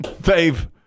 Dave